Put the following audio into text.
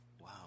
Wow